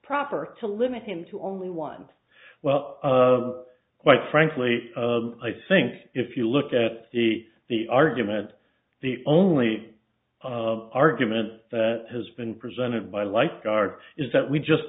proper to limit him to only one well quite frankly i think if you look at the the argument the only argument that has been presented by lifeguards is that we just